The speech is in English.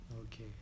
okay